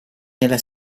nella